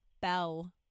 Bell